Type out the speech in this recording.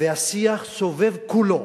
והשיח סובב כולו